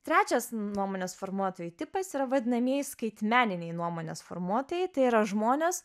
trečias nuomonės formuotojų tipas yra vadinamieji skaitmeniniai nuomonės formuotojai tai yra žmonės